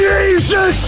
Jesus